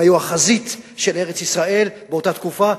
הם היו החזית של ארץ-ישראל באותה תקופה.